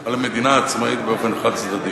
על מדינה עצמאית באופן חד-צדדי: